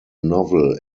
novel